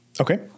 Okay